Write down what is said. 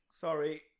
Sorry